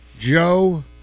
Joe